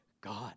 God